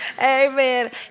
Amen